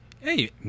hey